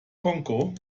kongo